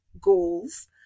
goals